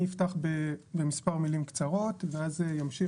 אני אפתח במספר מילים קצרות ואז ימשיך